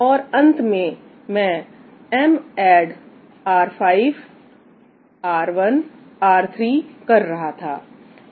और अंत में मैं madd R5 R1 R3 कर रहा था